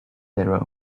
their